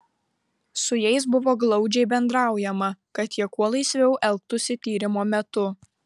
su jais buvo glaudžiai bendraujama kad jie kuo laisviau elgtųsi tyrimo metu